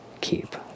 keep